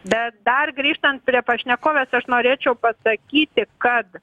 bet dar grįžtant prie pašnekovės aš norėčiau pasakyti kad